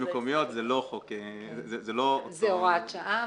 זו לא הוראת שעה,